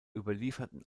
überlieferten